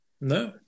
No